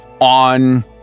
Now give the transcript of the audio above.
on